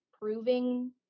proving